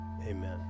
amen